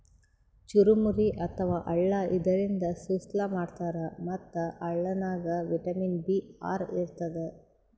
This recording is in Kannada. ಚುರಮುರಿ ಅಥವಾ ಅಳ್ಳ ಇದರಿಂದ ಸುಸ್ಲಾ ಮಾಡ್ತಾರ್ ಮತ್ತ್ ಅಳ್ಳನಾಗ್ ವಿಟಮಿನ್ ಬಿ ಆರ್ ಇರ್ತದ್